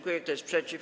Kto jest przeciw?